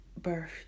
birth